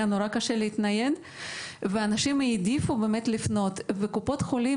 היה נורא קשה להתנייד ואנשים העדיפו לפנות לקופות החולים.